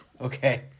okay